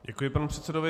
Děkuji panu předsedovi.